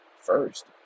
first